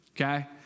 Okay